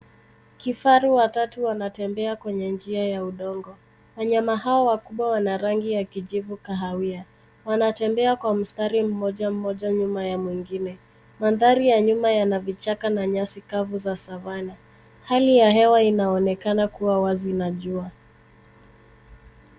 Kifaru watatu wanatembea kwenye njia ya udongo. Wanyama hawa wakubwa wana rangi ya kijivu kahawia. Wanatembea kwa mstari mmoja mmoja nyuma ya mwingine. Mandhari ya nyuma yana vichaka na nyasi kavu za savana. Hali ya hewa inaonekana kuwa wazi na jua.